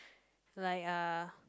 like uh